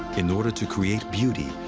in order to create beauty,